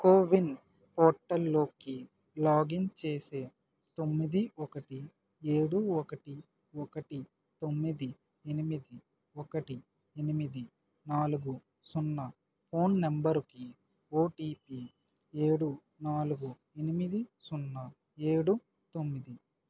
CoWIN పోర్టల్లోకి login చేసే తొమ్మిది ఒకటి ఏడు ఒకటి ఒకటి తొమ్మిది ఎనిమిది ఒకటి ఎనిమిది నాలుగు సున్నా ఫోన్ నంబరుకి ఓటీపి ఏడు నాలుగు ఎనిమిది సున్నా ఏడు తొమ్మిది